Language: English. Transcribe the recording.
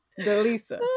Delisa